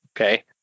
Okay